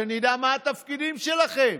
שנדע מה התפקידים שלכם.